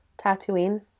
Tatooine